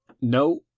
no